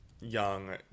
young